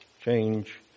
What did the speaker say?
change